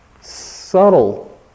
subtle